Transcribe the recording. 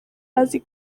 azi